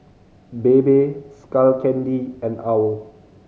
Bebe Skull Candy and owl